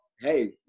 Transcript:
hey